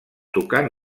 tocant